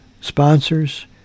sponsors